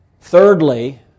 Thirdly